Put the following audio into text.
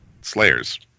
Slayers